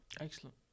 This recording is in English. excellent